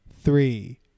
three